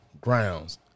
grounds